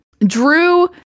Drew